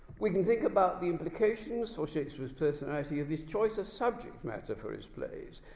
we can think about the implications for shakespeare's personality of his choice of subject matter for his plays,